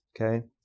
Okay